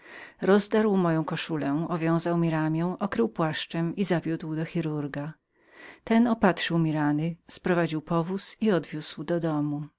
rozdarł moją koszulę owiązał mi ramie okrył płaszczem i zawiódł do chirurga ten opatrzył mi rany sprowadził powóz i odwiózł mnie do domu